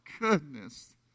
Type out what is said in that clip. goodness